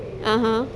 (uh huh)